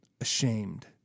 ashamed